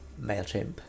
MailChimp